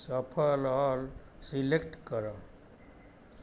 shuffle all select କର